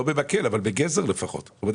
לא במקל אבל בגזר לפחות זאת אומרת,